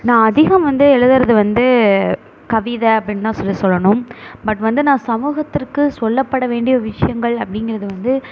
நான் அதிகம் வந்து எழுதுறது கவிதை அப்படின்னு தான் சொல்லி சொல்லணும் பட் வந்து நான் சமூகத்திற்கு சொல்லப்பட வேண்டிய விஷயங்கள் அப்படிங்கிறது வந்து